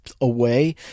away